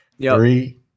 Three